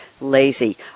Lazy